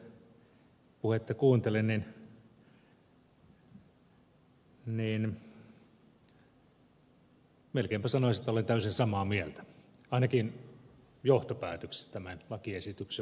pulliaisen puhetta kuuntelin niin melkeinpä sanoisin että olen täysin samaa mieltä ainakin johtopäätöksistä tämän lakiesityksen osalta